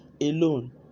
alone